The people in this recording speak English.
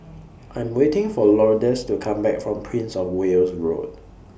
I Am waiting For Lourdes to Come Back from Prince of Wales Road